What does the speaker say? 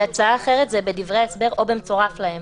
הצעה אחרת זה בדברי ההסבר או במצורף להם,